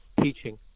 teaching